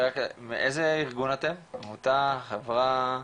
איזה ארגון אתם, עמותה, חברה?